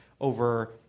over